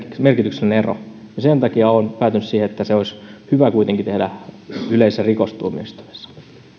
merkityksellinen ero sen takia olen päätynyt siihen että se olisi hyvä kuitenkin tehdä yleisessä rikostuomioistuimessa